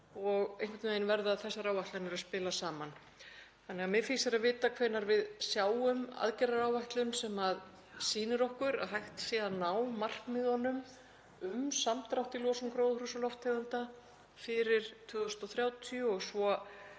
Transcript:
og einhvern veginn verða þessar áætlanir að spila saman. Mig fýsir að vita hvenær við sjáum aðgerðaáætlun sem sýnir okkur að hægt sé að ná markmiðunum um samdrátt í losun gróðurhúsalofttegunda fyrir 2030 og svo